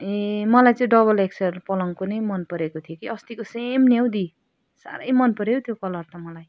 ए मलाई चाहिँ डबल एक्सल पलङको नै मनपरेको थियो कि अस्तिको सेम नि हो दी साह्रै मनपऱ्यो हो त्यो कलर त मलाई